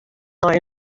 nei